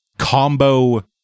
combo